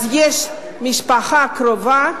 אז יש משפחה קרובה,